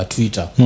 Twitter